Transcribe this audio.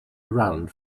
around